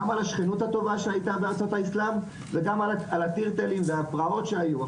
גם על השכנות הטובה שהייתה בארצות האסלם וגם על התריתלים והפרעות שהיו,